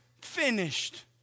finished